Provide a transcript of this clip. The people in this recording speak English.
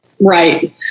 Right